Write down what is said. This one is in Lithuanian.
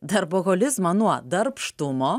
darboholizmą nuo darbštumo